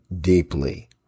deeply